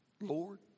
Lord